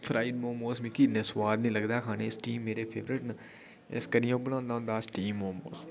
fry momos मिगी इ'न्ना सोआद निं लगदा ऐ मिगी खाने च स्टीम मेरे फेवरेट न इस करियै अं'ऊ बनांदा होंदा स्टीम मोमोस